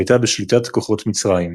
שהייתה בשליטת כוחות מצריים.